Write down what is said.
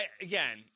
again